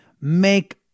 make